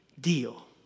deal